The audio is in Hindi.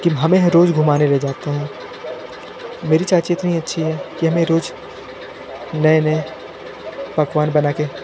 कि हमें हर रोज़ घुमाने ले जाते हैं मेरी चाची इतनी अच्छी है कि हमें रोज़ नए नए पकवान बना के